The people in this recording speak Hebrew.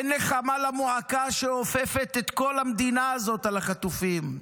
אין נחמה למועקה שאופפת את כל המדינה הזאת על החטופים.